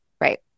Right